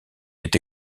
été